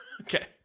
Okay